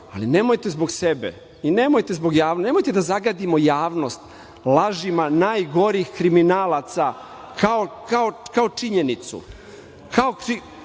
i nemojte zbog javnosti, nemojte da zagadimo javnost lažima najgorih kriminalaca kao činjenicu,